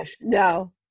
No